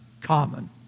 common